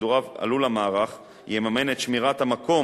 ששידוריו עלו למערך יממן את "שמירת המקום"